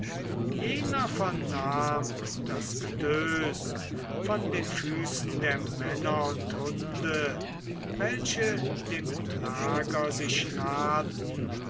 jener vernahm das getös von den füßen der männer und hunde welche dem lager sich nahten